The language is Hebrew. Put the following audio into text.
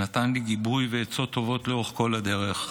נתן לי גיבוי ועצות טובות לאורך כל הדרך,